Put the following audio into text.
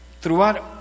Throughout